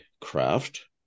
craft